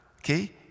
okay